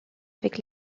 avec